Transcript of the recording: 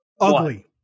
Ugly